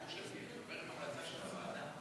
התוצאה: